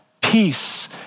peace